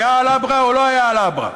היה על אברה או לא היה על אברה.